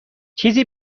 چیزی